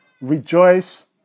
Rejoice